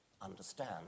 understand